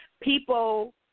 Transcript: people